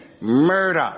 Murder